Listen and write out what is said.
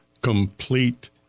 complete